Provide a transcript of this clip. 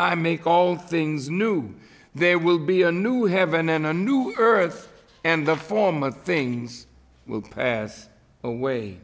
i make all things new there will be a new heaven and a new earth and the former things will pass away